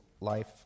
life